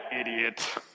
idiot